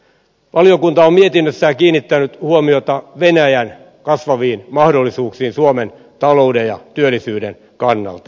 valiokunta on mietinnössään kiinnittänyt huomiota venäjän kasvaviin mahdollisuuksiin suomen talouden ja työllisyyden kannalta